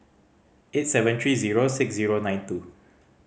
eight seven three zero six zero nine two